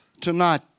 tonight